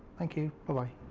thank you goodbye.